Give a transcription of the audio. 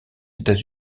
etats